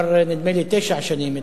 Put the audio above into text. נדמה לי כבר תשע שנים,